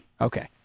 Okay